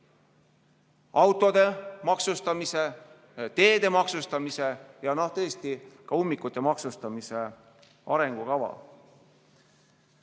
autode maksustamise, teede maksustamise ja ka ummikute maksustamise arengukava. Ma